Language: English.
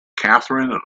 kathryn